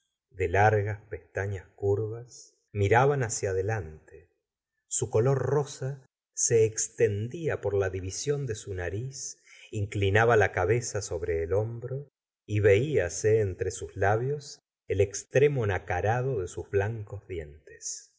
de largas pestañas curvas miraban hacia adelante su color rosa se extendía por la división de su nariz inclinaba la cabeza sobre el hombro y velase entre sus labios el extremo nacarado de sus blancos dientes